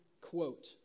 quote